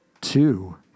two